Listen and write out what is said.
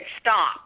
stop